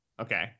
Okay